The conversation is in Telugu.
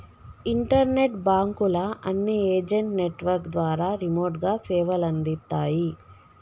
ఇంటర్నెట్ బాంకుల అన్ని ఏజెంట్ నెట్వర్క్ ద్వారా రిమోట్ గా సేవలందిత్తాయి